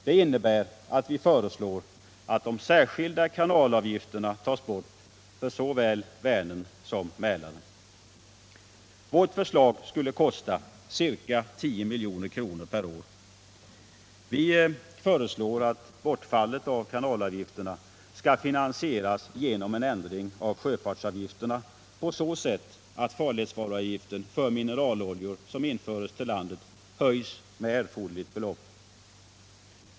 Det innebär att vi föreslår att de särskilda kanalavgifterna tas bort för såväl Vänern som Mälaren. Vårt förslag skulle kosta ca 10 milj.kr. per år. Vi föreslår att bortfallet av kanalavgifterna skall finansieras genom en ändring av sjöfartsavgifterna på så sätt att farledsvaruavgiften för mineraloljor som införs till landet höjs med erforderligt belopp.